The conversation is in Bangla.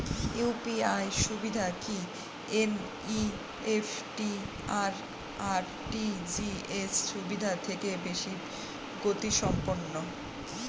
ইউ.পি.আই সুবিধা কি এন.ই.এফ.টি আর আর.টি.জি.এস সুবিধা থেকে বেশি গতিসম্পন্ন?